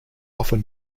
often